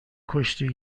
کشتی